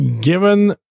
given